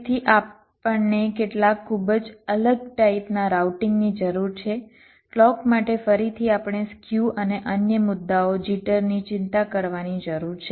તેથી આપણને કેટલાક ખૂબ જ અલગ ટાઇપનાં રાઉટિંગની જરૂર છે ક્લોક માટે ફરીથી આપણે સ્ક્યુ અને અન્ય મુદ્દાઓ જિટર ની ચિંતા કરવાની જરૂર છે